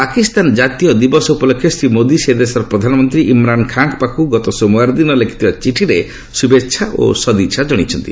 ପାକିସ୍ତାନ ଜାତୀୟ ଦିବସ ଉପଲକ୍ଷେ ଶ୍ରୀ ମୋଦୀ ସେ ଦେଶର ପ୍ରଧାନମନ୍ତ୍ରୀ ଇମ୍ରାନ୍ ଖାଁଙ୍କ ପାଖକୁ ଗତ ସୋମବାର ଦିନ ଲେଖିଥିବା ଚିଠିରେ ଶୁଭେଚ୍ଛା ଓ ସଦ୍ଦିଚ୍ଛା ଜଣାଇଛନ୍ତି